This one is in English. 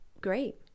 great